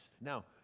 now